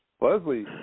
Leslie